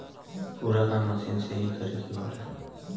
पूरा काम मसीन से ही करे के होला